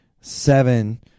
seven